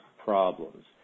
problems